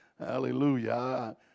Hallelujah